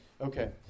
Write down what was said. okay